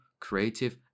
creative